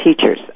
teachers